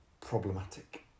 problematic